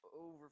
over